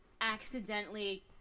accidentally